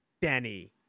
Danny